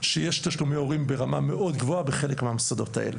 שיש תשלומי הורים ברמה מאוד גבוהה בחלק מהמוסדות האלה.